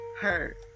hurt